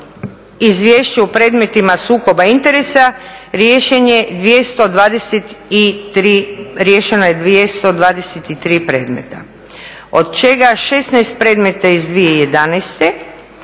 izvješće u predmetima sukoba interesa riješeno je 223 predmeta, od čega 16 predmeta iz 2011.,